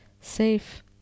safe